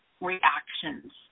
reactions